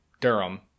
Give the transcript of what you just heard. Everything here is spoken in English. Durham